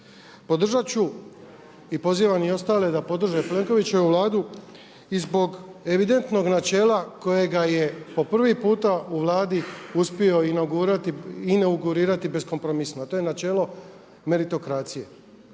Podržat ću i pozivam i ostale da podrže Plenkovićevu vladu i zbog evidentnog načela kojega je po prvi puta u Vladi uspio inaugurirati bez kompromizma, a to je načelo meritokracije.